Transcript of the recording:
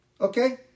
Okay